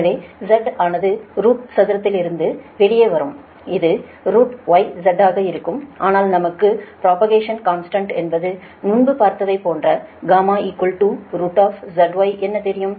எனவே Z ஆனது root சதுரத்திலிருந்து வெளியே வரும் இது YZ ஆக இருக்கும் ஆனால் நமக்கு ஃப்ரோபகேஸன் கான்ஸ்டன்ட் என்பது முன்பு பார்த்ததைப் போன்ற γZY என்ன தெரியும்